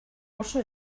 oso